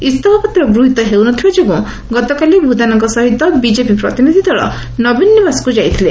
ଇଓଫା ପତ୍ର ଗୃହୀତ ହେଉ ନ ଥିବା ଯୋଗୁଁ ଗତକାଲି ଭୂଦାନଙ୍କ ସହିତ ବିଜେପି ପ୍ରତିନିଧି ଦଳ ନବୀନ ନିବାସ ଯାଇଥିଲେ